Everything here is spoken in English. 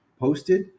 posted